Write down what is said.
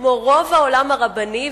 כמו רוב העולם הרבני,